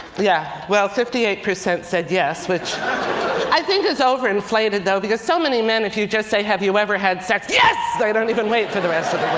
yeah. well, fifty eight percent said yes, which i think is overinflated though because so many men if you just say, have you ever had sex. yes! they don't even wait for the rest of it.